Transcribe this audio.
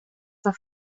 der